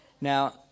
Now